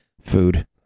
Food